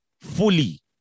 fully